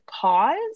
pause